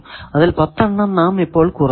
അതിൽ 10 എണ്ണം നാം ഇപ്പോൾ കുറച്ചു